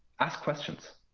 ask questions.